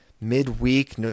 midweek